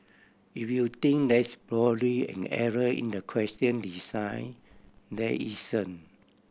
if you think there's probably an error in the question design there isn't